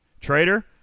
Trader